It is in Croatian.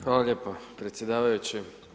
Hvala lijepo predsjedavajući.